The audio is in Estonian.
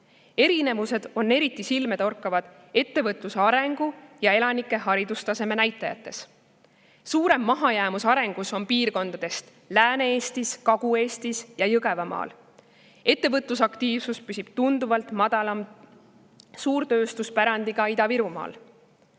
Erinevused on eriti silmatorkavad ettevõtluse arengu ja elanike haridustaseme näitajates. Suurem mahajäämus arengus on Lääne-Eestis, Kagu-Eestis ja Jõgevamaal. Ettevõtlusaktiivsus püsib tunduvalt madalam suurtööstuspärandiga Ida-Virumaal.